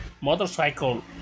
motorcycle